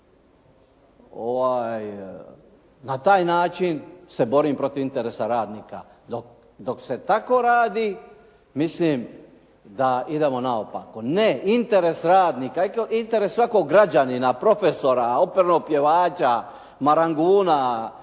na taj način se borim protiv interesa radnika. Dok se tako radi mislim da idemo naopako. Ne, interes radnika, interes svakog građanina, profesora, opernog pjevača, maranguna,